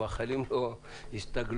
אנחנו מאחלים לו הסתגלות